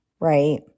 Right